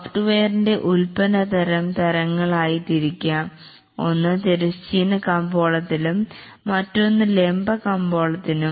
സോഫ്റ്റ്വെയറിൻറെ ഉൽപ്പന്ന തരം തരങ്ങളായി തിരിക്കാം ഒന്ന് ഹൊറിസോണ്ടെൽ മാർക്കറ്റ് മറ്റൊന്ന് വെർട്ടിക്കൽ മാർക്കറ്റ്